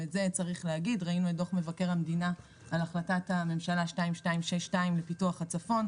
ראינו את דוח מבקר המדינה על החלטת הממשלה 2262 לפיתוח הצפון,